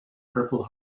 purple